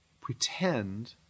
pretend